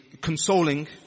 consoling